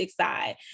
side